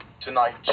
tonight